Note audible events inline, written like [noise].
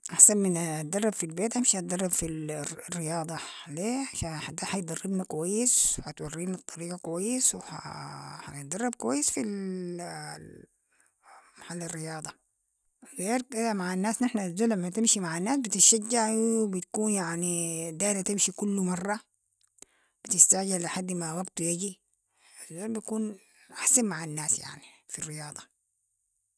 أحسن من [hesitation] اتدرب في البيت امشي اتدرب في [hesitation] الرياضة، لي عشان- حيدربنا كويس و حتورينا الطريقة كويس و [hesitation] حنتدرب كويس في [hesitation] محل الرياضة، غير كدا مع الناس نحن الزول لما تمشي مع الناس بتتشجعي و بتكون يعني دارة تمشي كل مرة، بتستعجلي لحد ما وقتو يجي، الزول بكون أحسن مع الناس يعني في الرياضة.